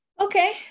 Okay